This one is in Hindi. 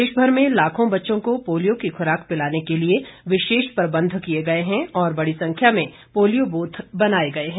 प्रदेश भर में लाखों बच्चों को पोलियो की खुराक पिलाने के लिए विशेष प्रबंध किए गए हैं और बड़ी संख्या में पोलियो ब्रथ बनाए गए हैं